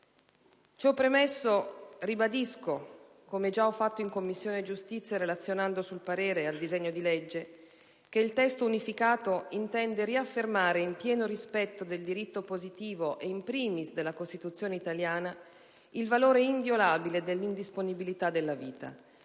Ciò premesso, ribadisco, come già ho fatto in Commissione giustizia relazionando sul parere al disegno di legge, che il testo unificato intende riaffermare, nel pieno rispetto del diritto positivo e *in primis* della Costituzione italiana, il valore involabile della indisponibilità della vita.